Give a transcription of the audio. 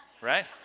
Right